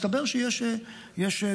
מסתבר שיש תוכנית,